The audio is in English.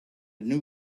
new